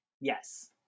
Yes